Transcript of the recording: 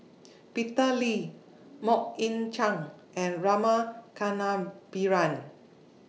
Peter Lee Mok Ying Jang and Rama Kannabiran